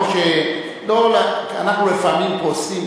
אנחנו לפעמים כועסים,